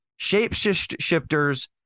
Shapeshifters